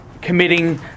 committing